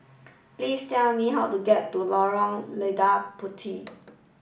please tell me how to get to Lorong Lada Puteh